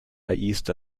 east